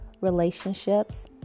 relationships